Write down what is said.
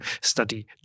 study